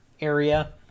area